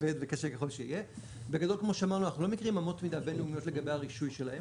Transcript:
כמו שאמרנו אנחנו לא מכירים אמות מידה בינלאומיות לגבי הרישוי שלהם,